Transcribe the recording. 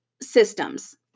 systems